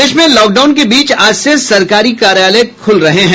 प्रदेश में लॉकडाउन के बीच आज से सरकारी कार्यालय खुल रहे हैं